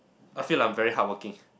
I feel like I'm very hardworking